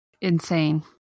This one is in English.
insane